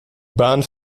bahn